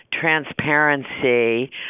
transparency